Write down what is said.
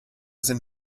sind